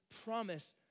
promise